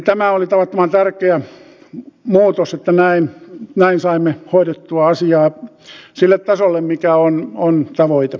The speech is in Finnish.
tämä oli tavattoman tärkeä muutos että näin saimme hoidettua asian sille tasolle mikä on tavoite